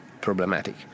problematic